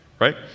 right